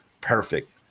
perfect